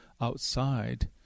outside